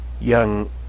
young